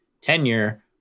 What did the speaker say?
tenure